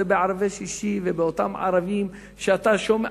זה בערבי שישי ובאותם ערבים שאתה שומע.